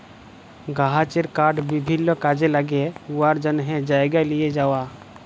গাহাচের কাঠ বিভিল্ল্য কাজে ল্যাগে উয়ার জ্যনহে জায়গায় লিঁয়ে যাউয়া